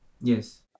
Yes